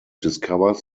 discovers